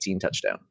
touchdown